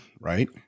Right